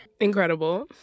incredible